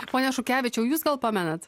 pone šukevičiau jūs gal pamenat